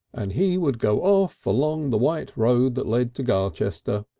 and he would go off along the white road that led to garchester,